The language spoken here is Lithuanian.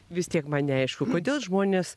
vis tiek man neaišku kodėl žmonės